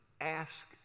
ask